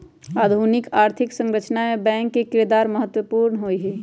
आधुनिक आर्थिक संरचना मे बैंक के किरदार अत्यंत महत्वपूर्ण हई